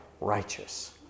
righteous